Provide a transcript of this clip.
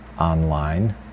online